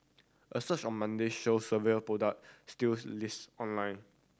a search on Monday showed several product stills listed online